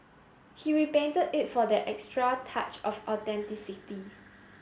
he repainted it for that extra touch of authenticity